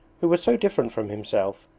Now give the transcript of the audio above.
who were so different from himself,